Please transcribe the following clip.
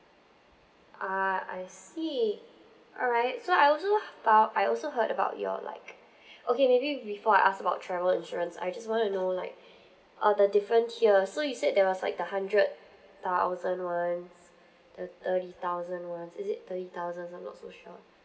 ah I see alright so I also uh I also heard about your like okay maybe before I ask about travel insurance I just want to know like uh the different tiers so you said there was like the hundred thousand ones the thirty thousand ones is it thirty thousand I'm not so sure